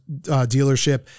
dealership